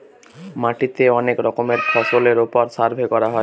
মাটিতে অনেক রকমের ফসলের ওপর সার্ভে করা হয়